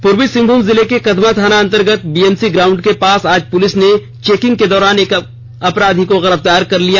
पूर्वी सिंहभूम जिले के कदमा थाना अंतर्गत बीएमसी ग्राउंड के पास आज पुलिस ने चेकिंग के दौरान एक अपराधी को गिरफ़तार कर लिया